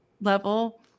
level